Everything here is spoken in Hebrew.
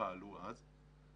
שפעלו אז.